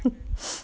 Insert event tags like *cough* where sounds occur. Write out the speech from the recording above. *breath*